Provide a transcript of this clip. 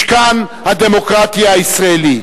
משכן הדמוקרטיה הישראלי.